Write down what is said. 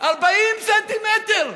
40 סנטימטר.